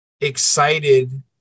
excited